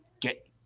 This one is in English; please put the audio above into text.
get